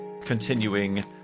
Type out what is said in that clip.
continuing